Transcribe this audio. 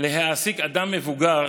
להעסיק אדם מבוגר